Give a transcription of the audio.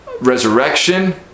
resurrection